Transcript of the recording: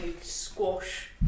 squash